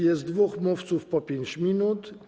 Jest dwóch mówców - po 5 minut.